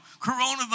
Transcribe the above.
coronavirus